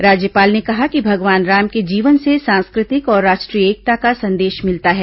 राज्यपाल ने कहा कि भगवान राम के जीवन से सांस्कृतिक और राष्ट्रीय एकता का संदेश मिलता है